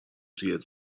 توی